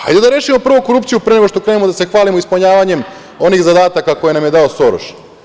Hajde da rešimo prvo korupciju pre nego što krenemo da se hvalimo ispunjavanjem onih zadataka koje nam je dao Soroš.